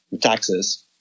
taxes